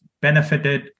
benefited